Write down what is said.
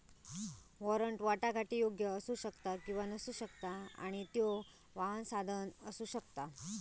warrant वाटाघाटीयोग्य असू शकता किंवा नसू शकता आणि त्यो वाहक साधन असू शकता